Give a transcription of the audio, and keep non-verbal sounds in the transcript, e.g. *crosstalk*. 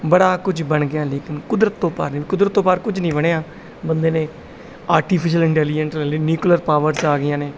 ਬੜਾ ਕੁਝ ਬਣ ਗਿਆ ਲੇਕਿਨ ਕੁਦਰਤ ਤੋਂ ਪਾਰ ਨਹੀਂ ਕੁਦਰਤ ਤੋਂ ਪਾਰ ਕੁਝ ਨਹੀਂ ਬਣਿਆ ਬੰਦੇ ਨੇ ਆਰਟੀਫਿਸ਼ਲ ਇੰਟੈਲੀਜੈਂਟ *unintelligible* ਨਿਊਕਲੀਅਰ ਪਾਵਰਸ ਆ ਗਈਆਂ ਨੇ